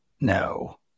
No